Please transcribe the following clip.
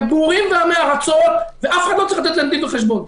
הם בורים ועמי הארצות ואף אחד לא צריך לתת להם דין וחשבון.